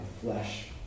flesh